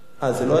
אה, זה לא היום?